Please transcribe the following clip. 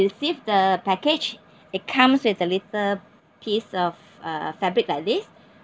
receive the package it comes with a little piece of uh fabric like this